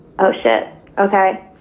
oh shit, okay.